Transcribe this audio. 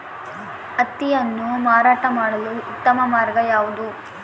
ಹತ್ತಿಯನ್ನು ಮಾರಾಟ ಮಾಡಲು ಉತ್ತಮ ಮಾರ್ಗ ಯಾವುದು?